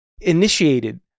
initiated